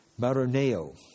maroneo